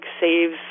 saves